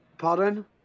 Pardon